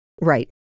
Right